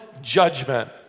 judgment